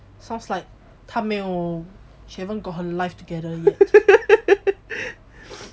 sounds like 他没有 she haven't got her life together yet